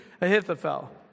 Ahithophel